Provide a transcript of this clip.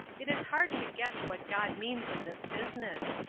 it is hard to guess what god means in this business.